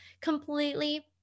completely